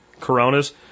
Coronas